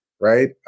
right